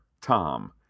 tom